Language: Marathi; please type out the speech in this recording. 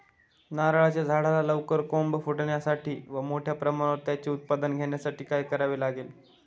नारळाच्या झाडाला लवकर कोंब फुटण्यासाठी व मोठ्या प्रमाणावर त्याचे उत्पादन घेण्यासाठी काय करावे लागेल?